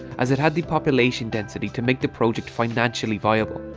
as it had the population density to make the project financially viable,